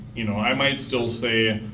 you know, i might still say,